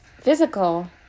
physical